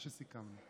מה שסיכמנו.